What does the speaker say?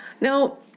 Now